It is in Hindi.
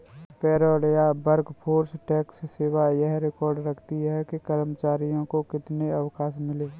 पेरोल या वर्कफोर्स टैक्स सेवा यह रिकॉर्ड रखती है कि कर्मचारियों को कितने अवकाश मिले